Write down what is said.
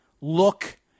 look